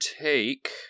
take